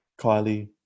Kylie